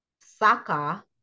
Saka